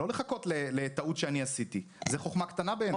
לא לחכות לטעות שאני עשיתי - זו חוכמה קטנה בעיניי.